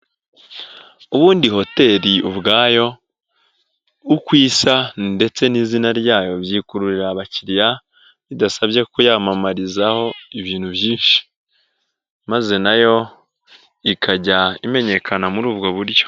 Ubundi hoteli ubwayo, uko isa ndetse n'izina ryayo byikururira abakiriya, bidasabye kuyamamarizaho ibintu byinshi maze na yo ikajya imenyekana muri ubwo buryo.